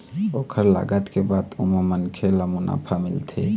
ओखर लागत के बाद ओमा मनखे ल मुनाफा मिलथे